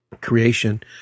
creation